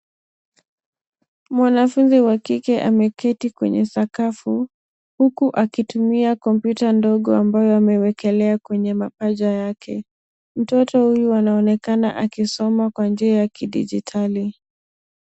Mwanafunzi wa kike ameketi kwenye sakafu huku akitumia kompyuta ndogo ambayo amewekelea kwenye mapaja yake mtoto huyu anaonekana akisoma kwa njia ya kidijitali.